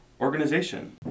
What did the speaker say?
organization